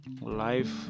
life